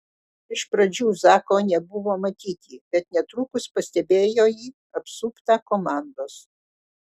iš pradžių zako nebuvo matyti bet netrukus pastebėjo jį apsuptą komandos